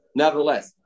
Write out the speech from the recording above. nevertheless